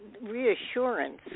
reassurance